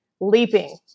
leaping